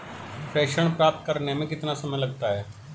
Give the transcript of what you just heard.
प्रेषण प्राप्त करने में कितना समय लगता है?